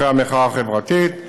אחרי המחאה החברתית,